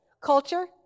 Culture